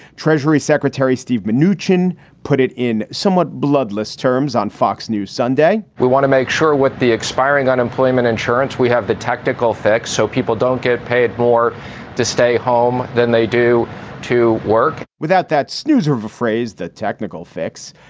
treasury secretary steve manoogian put it in somewhat bloodless terms on fox news sunday we want to make sure what the expiring unemployment insurance. we have the tactical effect so people don't get paid more to stay home than they do to work without that snoozer of a phrase the technical fix.